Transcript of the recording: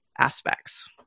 aspects